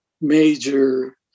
major